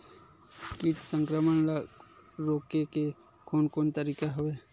कीट संक्रमण ल रोके के कोन कोन तरीका हवय?